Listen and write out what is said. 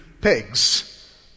pigs